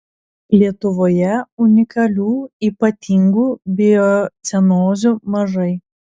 lietuvoje unikalių ypatingų biocenozių mažai